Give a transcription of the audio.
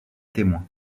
témoins